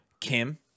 Kim